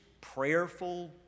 prayerful